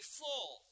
full